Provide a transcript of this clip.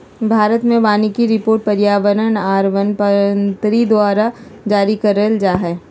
भारत मे वानिकी रिपोर्ट पर्यावरण आर वन मंत्री द्वारा जारी करल जा हय